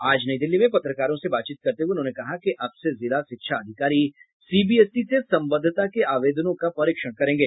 आज नई दिल्ली में पत्रकारों से बातचीत करते हुए उन्होंने कहा कि अब से जिला शिक्षा अधिकारी सीबीएसई से संबद्धता के आवेदनों का परीक्षण करेंगे